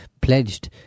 Pledged